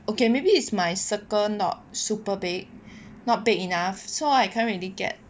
okay maybe is my circle not super big not big enough so I can't really get